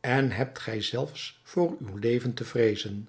en hebt gij zelfs voor uw leven te vreezen